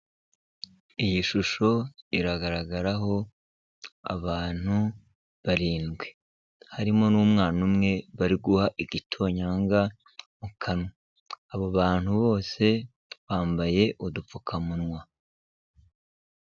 Iyi shusho iragaragaraho abantu barindwi, harimo n'umwana umwe bari guha igitonyanga mu kanwa, abo bantu bose bambaye udupfukamunwa.